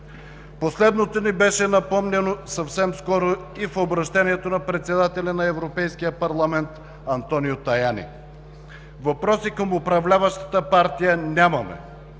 Последното ни беше напомняно съвсем скоро и в обръщението на председателя на Европейския парламент Антонио Таяни. Въпроси към управляващата партия нямаме,